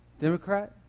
Democrat